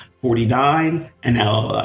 forty nine an